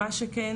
מה שכן,